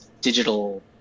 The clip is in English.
digital